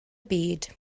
byd